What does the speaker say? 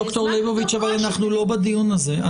דוקטור ליבוביץ, אנחנו לא בדיון הזה.